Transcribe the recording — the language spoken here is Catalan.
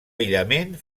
aïllament